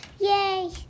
Yay